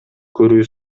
көрүү